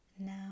Now